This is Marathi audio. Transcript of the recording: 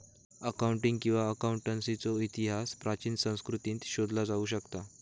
अकाऊंटिंग किंवा अकाउंटन्सीचो इतिहास प्राचीन संस्कृतींत शोधला जाऊ शकता